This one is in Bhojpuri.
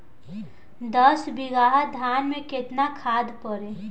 दस बिघा धान मे केतना खाद परी?